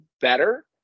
better